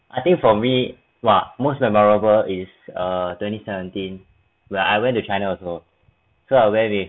I think for me !wah! most memorable is err twenty seventeen where I went to china also so I went with